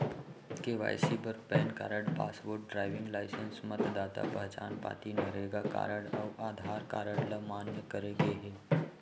KYC बर pan card, passport, driving licence, मतदाता पहचान पाती, नरेगा कारड अउ आधार कारड ल मान्य करे गे हे